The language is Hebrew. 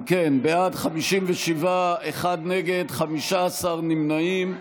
אם כן, בעד, 57, אחד נגד, 15 נמנעים.